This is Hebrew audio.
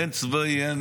הן צבאי הן